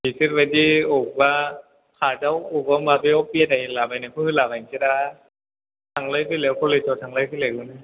बेसोरबायदि अबावबा पार्कआव अबेबा माबायाव बेरायलाबायनायखौ होलाबायसैब्रा थांलाय फैलाय कलेजाव थांलाय फैलायखौनो